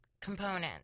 component